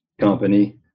company